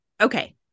okay